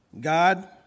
God